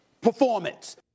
performance